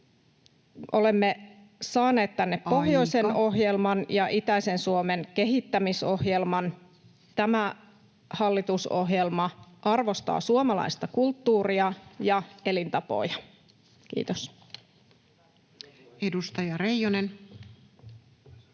Olemme saaneet tänne [Puhemies: Aika!] pohjoisen ohjelman ja itäisen Suomen kehittämisohjelman. Tämä hallitusohjelma arvostaa suomalaista kulttuuria ja elintapoja. — Kiitos. [Speech